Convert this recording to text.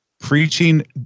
Preaching